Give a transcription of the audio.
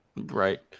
Right